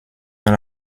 dans